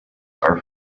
are